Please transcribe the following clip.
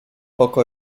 poco